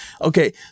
okay